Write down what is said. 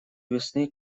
весны